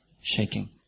shaking